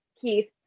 Keith